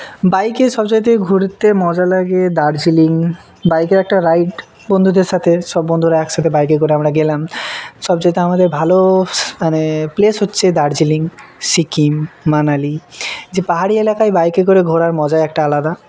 বাইকে সব জায়গাতে ঘুরতে মজা লাগে দার্জিলিং বাইকের একটা রাইড বন্ধুদের সাথে সব বন্ধুরা একসাথে বাইকে করে আমরা গেলাম সব জায়গাতে আমাদের ভালো মানে প্লেস হচ্ছে দার্জিলিং সিকিম মানালি যে পাহাড়ি এলাকায় বাইকে করে ঘোরার মজাই একটা আলাদা